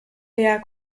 der